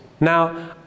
now